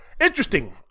interesting